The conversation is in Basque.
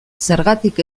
zergatik